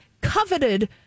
coveted